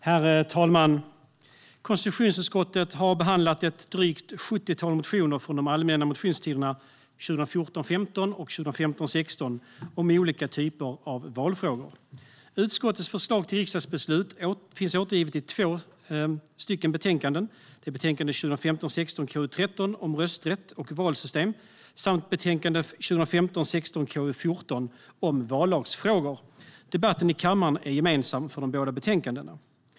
Herr talman! Konstitutionsutskottet har behandlat ett drygt 70-tal motioner från de allmänna motionstiderna 2014 16 om olika typer av valfrågor. Utskottets förslag till riksdagsbeslut finns återgivet i två betänkanden: betänkande 2015 16:KU14 om vallagsfrågor. Debatten i kammaren är gemensam för de båda betänkandena.